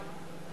למה?